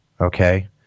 okay